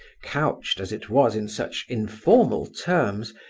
couched, as it was, in such informal terms,